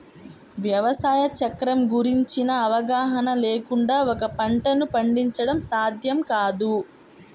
వ్యవసాయ చక్రం గురించిన అవగాహన లేకుండా ఒక పంటను పండించడం సాధ్యం కాదు